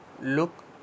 look